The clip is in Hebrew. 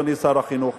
אדוני שר החינוך,